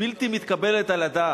הבלתי-מתקבלת על הדעת.